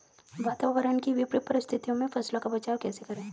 वातावरण की विपरीत परिस्थितियों में फसलों का बचाव कैसे करें?